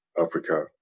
Africa